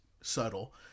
subtle